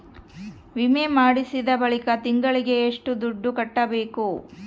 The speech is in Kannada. ವಿಮೆ ಮಾಡಿಸಿದ ಬಳಿಕ ತಿಂಗಳಿಗೆ ಎಷ್ಟು ದುಡ್ಡು ಕಟ್ಟಬೇಕು?